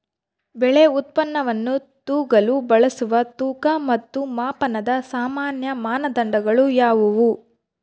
ಬೆಳೆ ಉತ್ಪನ್ನವನ್ನು ತೂಗಲು ಬಳಸುವ ತೂಕ ಮತ್ತು ಮಾಪನದ ಸಾಮಾನ್ಯ ಮಾನದಂಡಗಳು ಯಾವುವು?